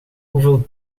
hoeveel